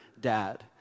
dad